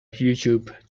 youtube